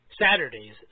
Saturdays